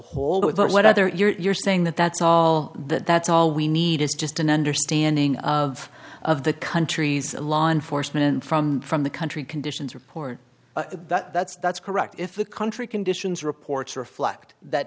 whole with what other you're saying that that's all that's all we need is just an understanding of of the countries law enforcement from from the country conditions report that's that's correct if the country conditions reports reflect that